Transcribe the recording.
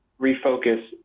refocus